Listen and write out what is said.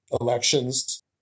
elections